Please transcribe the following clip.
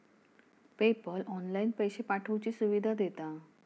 PayPal online पैशे पाठवुची सुविधा देता